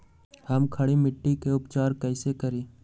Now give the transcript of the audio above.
हम खड़ी मिट्टी के उपचार कईसे करी?